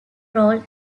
role